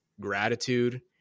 gratitude